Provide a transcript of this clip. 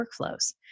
workflows